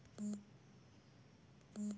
বেগুনের ওজন বাড়াবার জইন্যে কি কি করা লাগবে?